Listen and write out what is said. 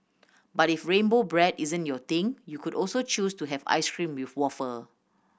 but if rainbow bread isn't your thing you could also choose to have ice cream with wafer